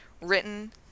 Written